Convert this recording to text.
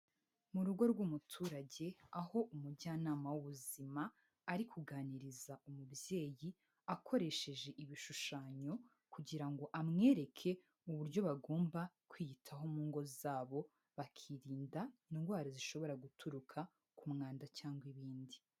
Mu rugo rw'umuturage, aho umujyanama w'ubuzima ari kuganiriza umubyeyi, akoresheje ibishushanyo kugira ngo amwereke uburyo bagomba kwiyitaho mu ngo zabo, bakirinda indwara zishobora guturuka ku mwanda cyangwa ibindi.